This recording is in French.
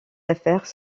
affaires